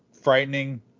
frightening